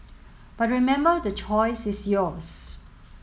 but remember the choice is yours